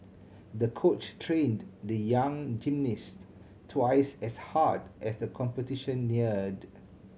the coach trained the young gymnast twice as hard as the competition neared